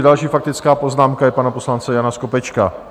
Další faktická poznámka je pana poslance Jana Skopečka.